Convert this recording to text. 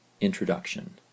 Introduction